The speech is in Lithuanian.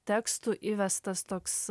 tekstų įvestas toks